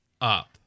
up